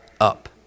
up